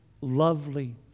lovely